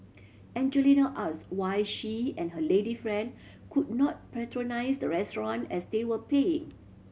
Angelina ask why she and her lady friend could not patronise the restaurant as they were paying